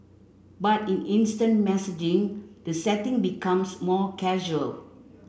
but in instant messaging the setting becomes more casual